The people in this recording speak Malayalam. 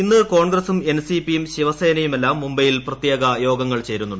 ഇന്ന് കോൺഗ്രസും എൻസിപിയും ശിവസേനയുമെല്ലാം മുംബൈയിൽ പ്രത്യേകം യോഗങ്ങൾ ചേരുന്നുണ്ട്